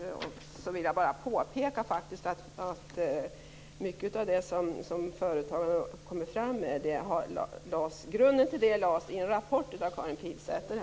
Jag vill bara påpeka att grunden till mycket av det Företagarna kom fram med lades i en rapport av Karin Pilsäter.